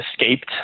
escaped